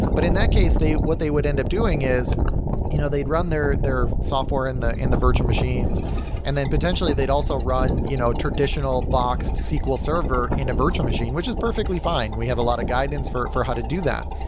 but in that case, what they would end up doing is you know they'd run their their software in the in the virtual machines and then potentially they'd also run you know traditional boxed sql server in a virtual machine, which is perfectly fine. we have a lot of guidance for for how to do that,